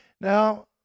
Now